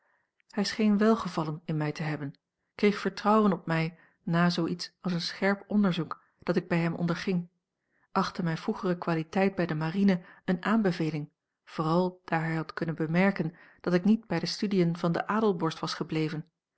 hij scheen welgevallen in mij te hebben kreeg vertrouwen op mij nà zoo iets als een scherp onderzoek dat ik bij hem onderging achtte mijne vroegere qualiteit bij de marine eene aanbeveling vooral daar hij had kunnen bemerken dat ik niet bij de studiën van den adelborst was gebleven